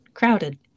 Crowded